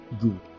Good